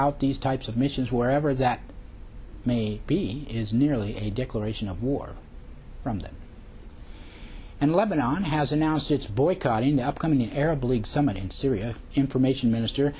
out these types of missions wherever that may be is nearly a declaration of war from them and lebanon has announced it's boycotting the upcoming arab league summit in syria information minister